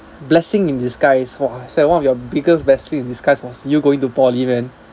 blessing in disguise !wahseh! one of your biggest blessings in disguise must you going to poly man